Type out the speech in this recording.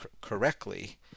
correctly